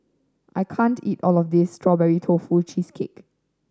I can't eat all of this Strawberry Tofu Cheesecake